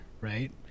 right